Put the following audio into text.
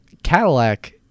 Cadillac